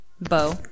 bow